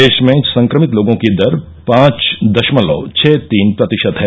देश में संक्रमित लोगों की दर पांच दशमलव छह तीन प्रतिशत है